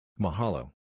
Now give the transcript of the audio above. Mahalo